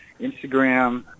Instagram